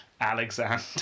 Alexander